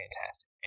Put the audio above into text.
fantastic